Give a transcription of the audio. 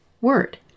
word